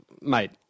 mate